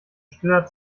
stiller